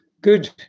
Good